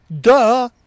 Duh